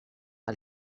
que